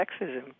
sexism